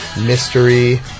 mystery